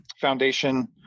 Foundation